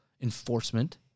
enforcement